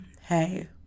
hey